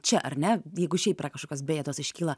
čia ar ne jeigu šiaip yra kažkokios bėdos iškyla